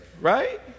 right